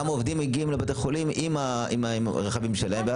אבל אני אראה לך כמה עובדים מגיעים לבית החולים עם הרכבים שלהם.